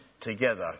together